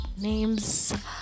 names